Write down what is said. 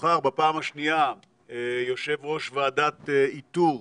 נבחר בפעם השנייה יושב ראש ועדת איתור,